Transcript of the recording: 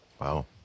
Wow